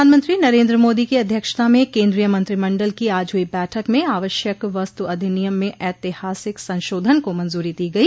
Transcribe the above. प्रधानमंत्री नरेन्द्र मोदी की अध्यक्षता में केन्द्रीय मंत्रिमंडल की आज हुई बैठक में आवश्यक वस्तु अधिनियम में ऐतिहासिक संशोधन को मंजूरी दी गई